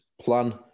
plan